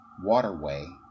waterway